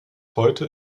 heute